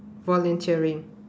volunteering